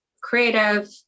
creative